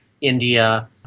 India